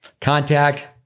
contact